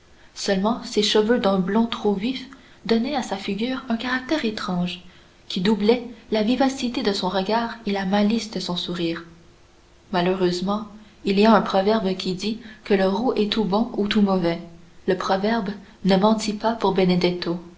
seulement ses cheveux d'un blond trop vif donnaient à sa figure un caractère étrange qui doublait la vivacité de son regard et la malice de son sourire malheureusement il y a un proverbe qui dit que le roux est tout bon ou tout mauvais le proverbe ne mentit pas pour